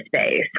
space